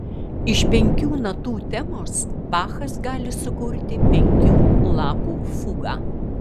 iš penkių natų temos bachas gali sukurti penkių lapų fugą